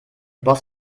boss